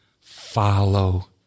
follow